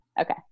Okay